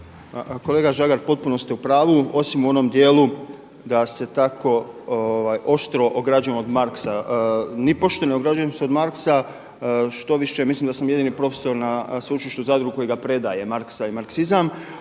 Kolega Žagar potpuno ste u pravu osim u onom dijelu da se tako oštro ograđujem od Marxa. Nipošto ne ograđujem se od Marxa, štoviše mislim da sam jedini profesor na Sveučilištu u Zadru koji ga predaje Marxa i marksizam